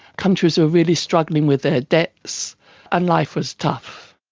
countries were really struggling with their debts and life was tough.